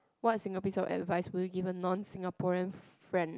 what single piece of advice will you give a non Singaporean friend